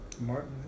Martin